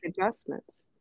adjustments